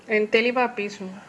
and தெளிவா பேசணும்:theliva pesanum